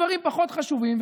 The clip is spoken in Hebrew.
דברים פחות חשובים.